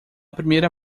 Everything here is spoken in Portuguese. primeira